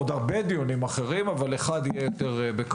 עוד הרבה דיונים אחרים אבל אחד יהיה בקרוב,